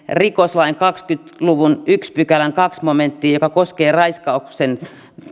rikoslain kahdenkymmenen luvun ensimmäisen pykälän toiseen momenttiin joka koskee raiskauksen